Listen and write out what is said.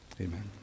amen